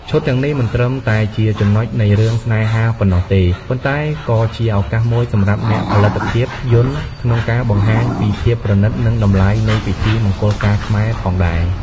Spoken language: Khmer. ឈុតទាំងនេះមិនត្រឹមតែជាចំណុចនៃរឿងស្នេហាប៉ុណ្ណោះទេ ប៉ុន្តែក៏ជាឱកាសមួយសម្រាប់អ្នកផលិតភាពយន្តក្នុងការបង្ហាញពីភាពប្រណីត និងតម្លៃនៃពិធីមង្គលការខ្មែរផងដែរ។